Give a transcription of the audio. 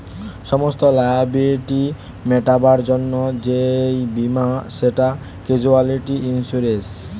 সমস্ত লায়াবিলিটি মেটাবার জন্যে যেই বীমা সেটা ক্যাজুয়ালটি ইন্সুরেন্স